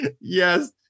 yes